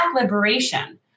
liberation